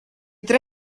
tre